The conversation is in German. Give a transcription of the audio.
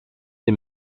die